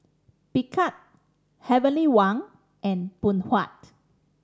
Picard Heavenly Wang and Phoon Huat